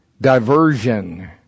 Diversion